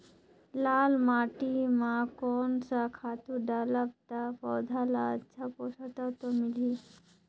लाल माटी मां कोन सा खातु डालब ता पौध ला अच्छा पोषक तत्व मिलही?